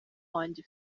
wanjye